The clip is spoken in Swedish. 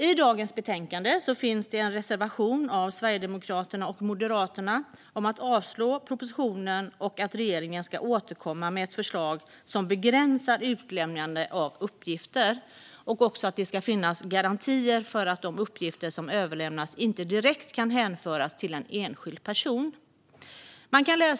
I dagens betänkande finns en reservation från Sverigedemokraterna och Moderaterna om att avslå propositionen och att regeringen ska återkomma med ett förslag som begränsar utlämnandet av uppgifter samt att det ska finnas garantier för att de uppgifter som överlämnas inte direkt kan hänföras till en enskild person.